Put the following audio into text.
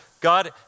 God